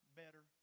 better